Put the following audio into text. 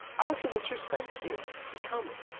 i don't care what you say to him. he coming.